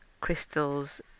crystals